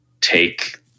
take